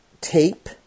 tape